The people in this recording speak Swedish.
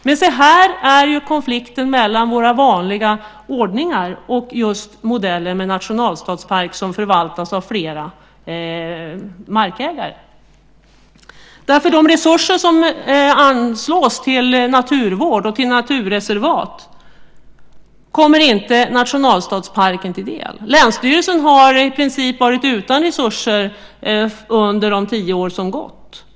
Men se här finns konflikten mellan våra vanliga ordningar och just modellen med en nationalstadspark som förvaltas av flera markägare. De resurser som anslås till naturvård och till naturreservat kommer nämligen inte nationalstadssparken till del. I princip har länsstyrelsen varit utan resurser under de tio år som gått.